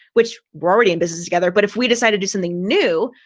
which were already in business together, but if we decide to do something new,